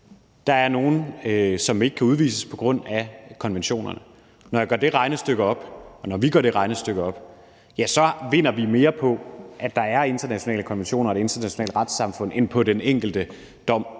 Der er nogle, som ikke kan udvises på grund af konventionerne, men når vi gør det regnestykke op, så kan vi konstatere, at vi vinder mere på, at der er internationale konventioner og et internationalt retssamfund, end vi gør på den enkelte dom.